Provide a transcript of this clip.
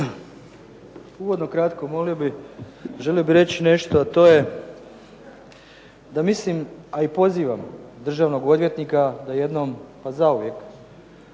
Uvodno kratko želio bih reći nešto to je da mislim i pozivam državnog odvjetnika da jednom pa zauvijek